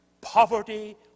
poverty